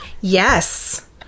yes